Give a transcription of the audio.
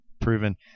proven